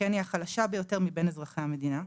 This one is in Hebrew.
שכן היא החלשה ביותר מבין אזרחי המדינה,